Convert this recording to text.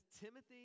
Timothy